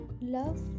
Love